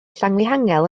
llanfihangel